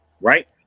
right